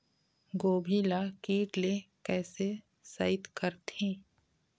गोभी ल कीट ले कैसे सइत करथे?